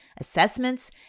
assessments